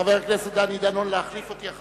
חבר הכנסת דני דנון, להחליף אותי.